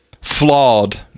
flawed